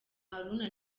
haruna